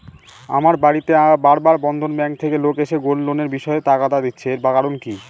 আমার বাড়িতে বার বার বন্ধন ব্যাংক থেকে লোক এসে গোল্ড লোনের বিষয়ে তাগাদা দিচ্ছে এর কারণ কি?